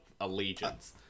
allegiance